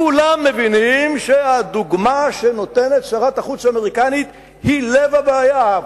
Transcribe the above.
כולם מבינים שהדוגמה שנותנת שרת החוץ האמריקנית היא לב הבעיה,